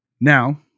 Now